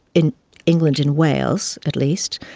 in england and wales at least,